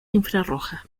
infrarroja